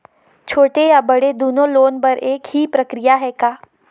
छोटे या बड़े दुनो लोन बर एक ही प्रक्रिया है का?